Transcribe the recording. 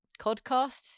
podcast